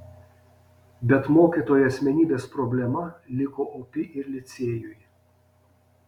bet mokytojo asmenybės problema liko opi ir licėjui